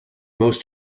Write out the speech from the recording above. most